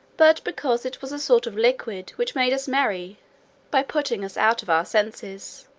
but because it was a sort of liquid which made us merry by putting us out of our senses,